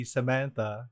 Samantha